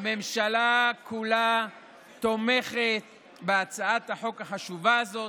הממשלה כולה תומכת בהצעת החוק החשובה הזאת,